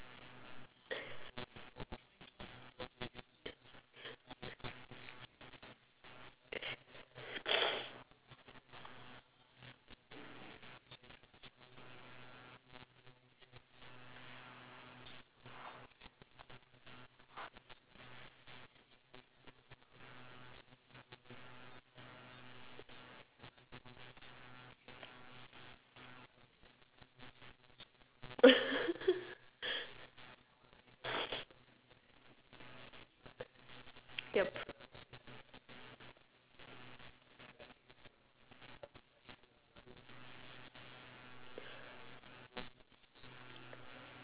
yup